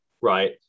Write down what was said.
right